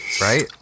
right